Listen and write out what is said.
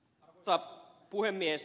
arvoisa puhemies